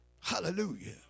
Hallelujah